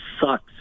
sucks